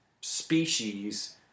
species